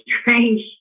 strange